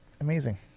amazing